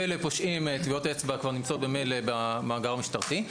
ולפושעים טביעות אצבע כבר נמצאות ממילא במאגר המשטרתי,